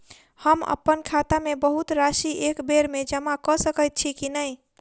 हम अप्पन खाता मे बहुत राशि एकबेर मे जमा कऽ सकैत छी की नै?